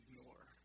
ignore